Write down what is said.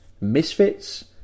misfits